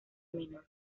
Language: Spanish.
menor